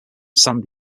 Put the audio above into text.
san